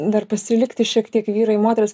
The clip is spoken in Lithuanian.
dar pasilikti šiek tiek vyrai moterys